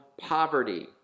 poverty